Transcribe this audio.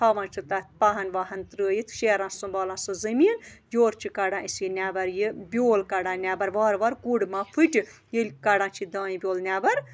تھاوان چھِ تَتھ پَہن وَہن ترٛٲیِتھ شیران سنٛبھالان سُہ زٔمیٖن یورٕ چھِ کَڑان أسۍ یہِ نٮ۪بَر یہِ بیول کَڑان نٮ۪بَر وارٕ وارٕ کُڑ ما پھٕٹہِ ییٚلہِ کَڑان چھِ یہِ دانہِ بیول نٮ۪بَر